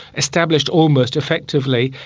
established almost, effectively,